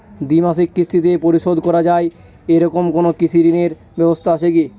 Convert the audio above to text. দ্বিমাসিক কিস্তিতে পরিশোধ করা য়ায় এরকম কোনো কৃষি ঋণের ব্যবস্থা আছে?